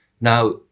Now